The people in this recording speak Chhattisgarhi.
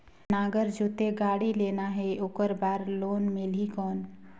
नागर जोते गाड़ी लेना हे ओकर बार लोन मिलही कौन?